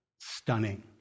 stunning